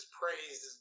praised